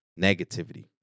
negativity